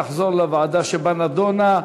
היא תחזור לוועדה שבה נדונה.